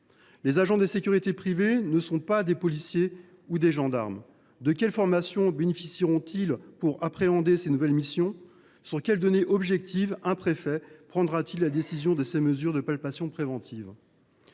Les agents de sécurité privée ne sont pas des policiers ou des gendarmes. De quelles formations bénéficieront ils pour appréhender ces nouvelles missions ? Sur quelles données objectives un préfet prendra t il la décision d’autoriser ces mesures de palpation préventive ?